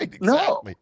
No